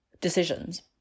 decisions